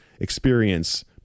experience